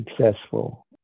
successful